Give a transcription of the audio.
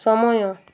ସମୟ